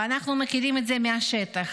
ואנחנו מכירים את זה מהשטח,